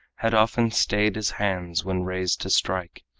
had often stayed his hands when raised to strike,